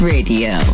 Radio